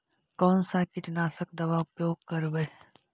कोन सा कीटनाशक दवा उपयोग करबय?